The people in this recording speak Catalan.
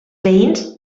veïns